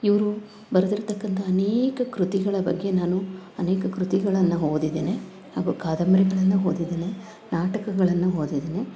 ಇವರು ಬರೆದಿರ್ಕ್ಕಂತ ಅನೇಕ ಕೃತಿಗಳ ಬಗ್ಗೆ ನಾನು ಅನೇಕ ಕೃತಿಗಳನ್ನು ಓದಿದ್ದೇನೆ ಹಾಗು ಕಾದಂಬರಿಗಳನ್ನ ಓದಿದ್ದೇನೆ ನಾಟಕಗಳನ್ನು ಓದಿದ್ದೇನೆ